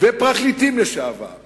ופרקליטים לשעבר